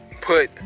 put